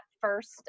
first